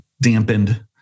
dampened